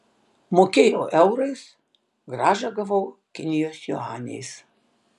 mokėjau eurais grąžą gavau kinijos juaniais